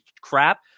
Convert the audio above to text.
crap